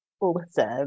Awesome